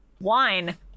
Wine